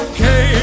Okay